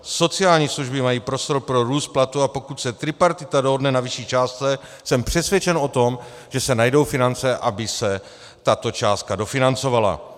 Sociální služby mají prostor pro růst platů, a pokud se tripartita dohodne na vyšší částce, jsem přesvědčen o tom, že se najdou finance, aby se tato částka dofinancovala.